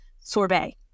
sorbet